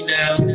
now